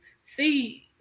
see